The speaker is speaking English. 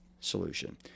solution